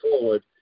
forward